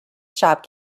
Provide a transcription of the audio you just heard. shop